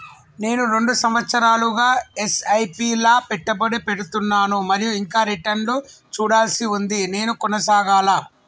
నేను రెండు సంవత్సరాలుగా ల ఎస్.ఐ.పి లా పెట్టుబడి పెడుతున్నాను మరియు ఇంకా రిటర్న్ లు చూడాల్సి ఉంది నేను కొనసాగాలా?